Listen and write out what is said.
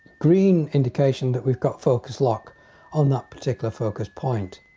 green indication that we've got focus lock on that particular focus point.